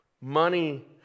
Money